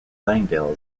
langdale